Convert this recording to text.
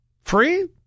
free